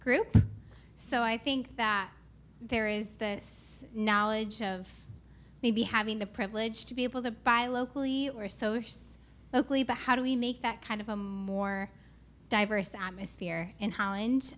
group so i think that there is this knowledge of maybe having the privilege to be able to buy locally or so or so locally but how do we make that kind of a more diverse atmosphere in holland